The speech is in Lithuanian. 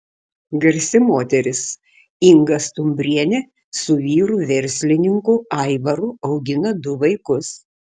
garsi moteris inga stumbrienė su vyru verslininku aivaru augina du vaikus